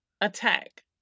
attack